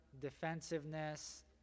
defensiveness